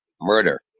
murder